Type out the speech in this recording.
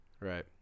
Right